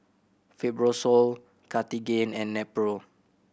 Fibrosol Cartigain and Nepro